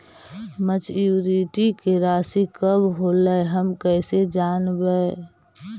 Maturity के रासि कब होलै हम कैसे जानबै?